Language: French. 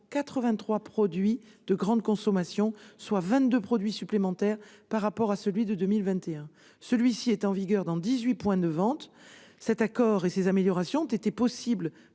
83 produits de grande consommation, soit 22 produits supplémentaires par rapport à celui de 2021. Il est en vigueur dans 18 points de vente. Cet accord et ces améliorations ont été rendus possibles